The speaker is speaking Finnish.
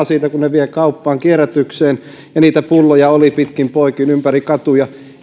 siitä kun ne vie kauppaan kierrätykseen ja niitä pulloja oli pitkin poikin ympäri katuja